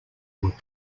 were